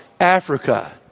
Africa